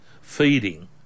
feeding